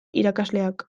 irakasleak